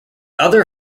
other